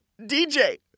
DJ